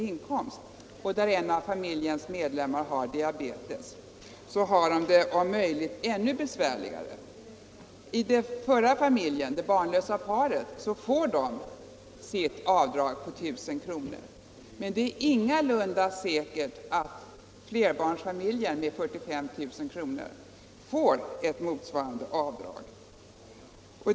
i inkomst och där en av familjemedlemmarna har diabetes, — Avdraget för har det om möjligt ännu besvärligare. Det barnlösa paret får sitt avdrag väsentligen nedsatt på 1 000 kr., men det är ingalunda säkert att flerbarnsfamiljen med 45 000 — skatteförmåga kr. i inkomst får ett motsvarande avdrag.